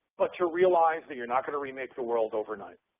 but to realize that you're not going to remake the world overnight.